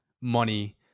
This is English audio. money